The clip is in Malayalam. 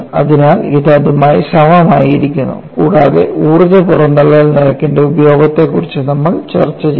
അതിനാൽ ഇത് അതുമായി സമമായി ഇരിക്കുന്നു കൂടാതെ ഊർജ്ജ പുറന്തള്ളൽ നിരക്കിന്റെ ഉപയോഗത്തെക്കുറിച്ച് നമ്മൾ ചർച്ച ചെയ്തു